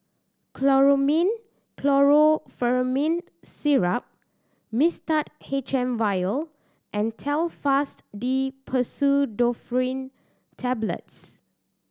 Chlormine Chlorpheniramine Syrup Mixtard H M Vial and Telfast D Pseudoephrine Tablets